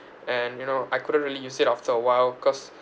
and you know I couldn't really use it after a while cause